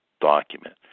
document